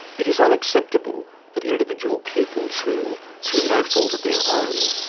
it is unacceptable that individual pupils who, through no fault of their own,